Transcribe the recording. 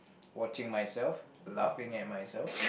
watching myself laughing at myself